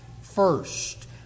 first